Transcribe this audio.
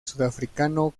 sudafricano